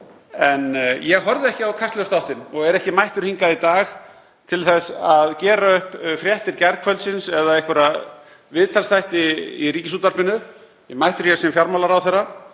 En ég horfði ekki á Kastljóssþáttinn og er ekki mættur hingað í dag til þess að gera upp fréttir gærkvöldsins eða einhverja viðtalsþætti í Ríkisútvarpinu. Ég er mættur hér sem fjármálaráðherra